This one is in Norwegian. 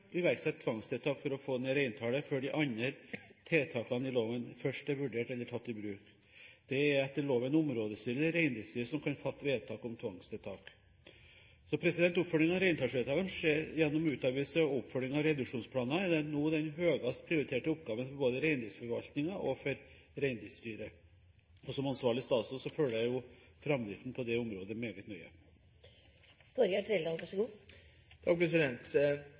tvangstiltak for å få ned reintallet før de andre tiltakene i loven først er vurdert eller tatt i bruk. Det er etter loven områdestyret eller reindriftsstyret som kan fatte vedtak om tvangstiltak. Oppfølgingen av reintallsvedtakene skjer gjennom utarbeidelse og oppfølging av reduksjonsplaner og er nå den høyest prioriterte oppgaven for både reindriftsforvaltningen og reindriftsstyret. Som ansvarlig statsråd følger jeg framdriften på dette området meget nøye.